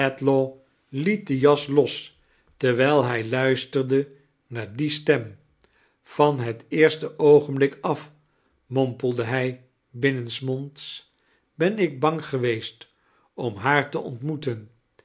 los terwijl hij luistewje near die stem vaja het eerste oogenblik af mompelde hij bimnensmonds ben ik baing gewepst am haax te ontmoeten